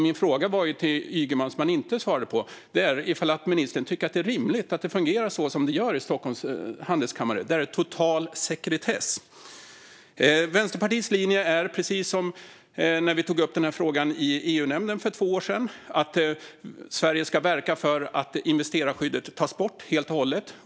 Min fråga till Ygeman, som han inte svarade på, var om han tycker att det är rimligt att det fungerar så som det gör i Stockholms Handelskammare. Där råder total sekretess. Vänsterpartiets linje är densamma som när vi för två år sedan tog upp frågan i EU-nämnden. Vi vill att Sverige ska verka för att investerarskyddet tas bort helt och hållet.